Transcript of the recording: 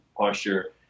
posture